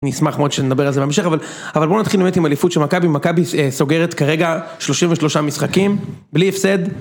נשמח מאוד שנדבר על זה במשך, אבל בואו נתחיל עם האליפות של מכבי, מכבי סוגרת כרגע 33 משחקים בלי הפסד